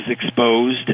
exposed